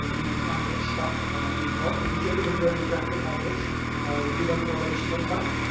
and and if you kind of get stuck and need help, if you see anybody wearing a jacket like this with developer relations on the back,